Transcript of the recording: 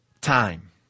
time